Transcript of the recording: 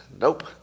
Nope